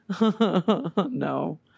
No